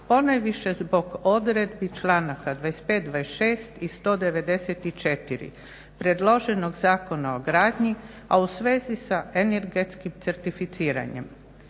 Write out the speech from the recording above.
ponajviše zbog odredbi članaka 25., 26. i 194. predloženog Zakona o gradnji a u svezi sa energetskim certificiranjem.